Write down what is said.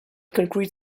concrete